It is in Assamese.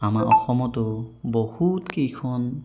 আমাৰ অসমতো বহুত কেইখন